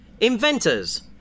inventors